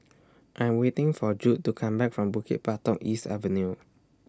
I Am waiting For Judd to Come Back from Bukit Batok East Avenue